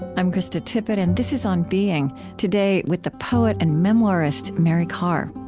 i'm krista tippett, and this is on being. today, with the poet and memoirist, mary karr